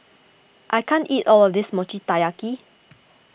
I can't eat all of this Mochi Taiyaki